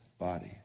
body